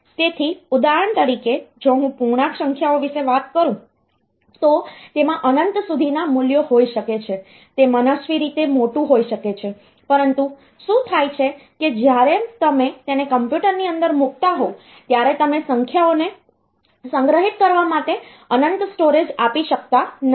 તેથી ઉદાહરણ તરીકે જો હું પૂર્ણાંક સંખ્યાઓ વિશે વાત કરું તો તેમાં અનંત સુધીના મૂલ્યો હોઈ શકે છે તે મનસ્વી રીતે મોટું હોઈ શકે છે પરંતુ શું થાય છે કે જ્યારે તમે તેને કમ્પ્યુટરની અંદર મૂકતા હોવ ત્યારે તમે સંખ્યાને સંગ્રહિત કરવા માટે અનંત સ્ટોરેજ આપી શકતા નથી